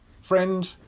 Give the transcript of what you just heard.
friend